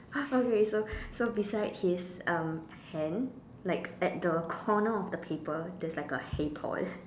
okay so so beside his um hand like at the corner of the paper there's like a hey Paul